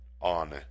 on